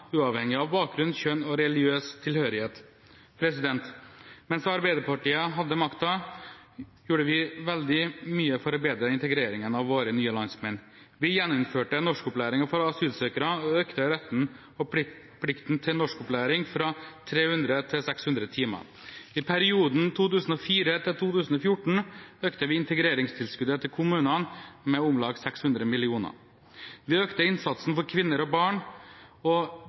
uavhengig av bakgrunn, kjønn og religiøs tilhørighet. Mens Arbeiderpartiet hadde makten, gjorde vi veldig mye for å bedre integreringen av våre nye landsmenn. Vi gjeninnførte norskopplæring for asylsøkere og økte retten og plikten til norskopplæring fra 300 til 600 timer. I perioden 2004–2014 økte vi integreringstilskuddet til kommunene med om lag 600 mill. kr. Vi økte innsatsen for kvinner og barn og